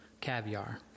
Caviar